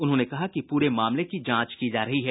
उन्होंने कहा कि पूरे मामले की जांच की जा रही है